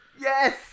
Yes